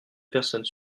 personnes